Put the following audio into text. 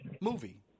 movie